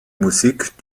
musik